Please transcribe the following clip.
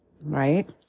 right